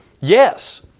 yes